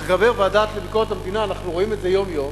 וכחבר הוועדה לביקורת המדינה אנחנו רואים את זה יום-יום,